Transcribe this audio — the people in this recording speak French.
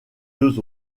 deux